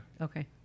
Okay